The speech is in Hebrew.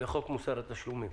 לחוק מוסר התשלומים.